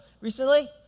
recently